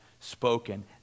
Spoken